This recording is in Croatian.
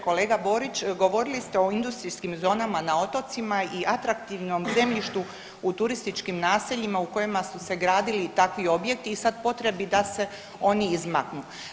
Kolega Borić, govorili ste o industrijskim zonama na otocima i atraktivnom zemljištu u turističkim naseljima u kojima su se gradili takvi objekti i sad potrebi da se oni izmaknu.